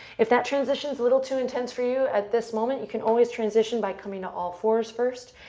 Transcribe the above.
if that transition's a little too intense for you at this moment, you can always transition by coming to all fours first,